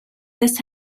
this